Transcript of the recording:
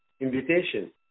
invitation